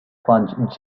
plunge